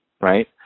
right